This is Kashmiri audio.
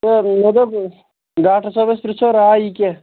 تہٕ مےٚ دوٚپ ڈاکٹر صٲبس پرٛژھو راے یہِ کیٛاہ